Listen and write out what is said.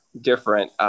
different